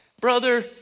brother